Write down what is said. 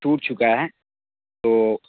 ٹوٹ چکا ہے تو